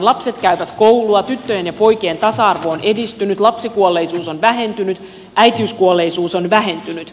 lapset käyvät koulua tyttöjen ja poikien tasa arvo on edistynyt lapsikuolleisuus on vähentynyt äitiyskuolleisuus on vähentynyt